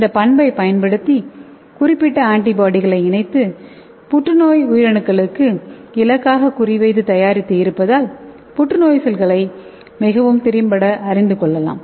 இந்த பண்பை பயன்படுத்தி குறிப்பிட்ட ஆன்டிபாடிகளைக் இணைத்து புற்றுநோய் உயிரணுக்களுக்கு இலக்காகக் குறிவைத்து தயாரித்து இருப்பதால் புற்றுநோய் செல்கள்களை மிகவும் திறம்பட அறிந்து கொள்ளலாம்